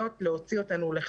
הוא לא רק